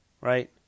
Right